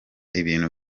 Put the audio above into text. ibintu